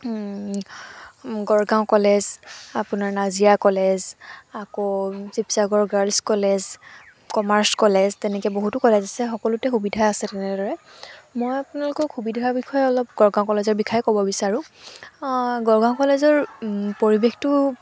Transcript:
Gargaon college আপোনাৰ Nazira college আকৌ Sivasagar girls college commerce college তেনেকৈ বহুতো কলেজ আছে সকলোতে সুবিধা আছে তেনেদৰে মই আলোনালোকক সুবিধাৰ বিষয়ে অলপ গড়গাঁও কলেজৰ বিষয়ে ক'ব বিচাৰোঁ গড়গাঁও কলেজৰ পৰিৱেশটো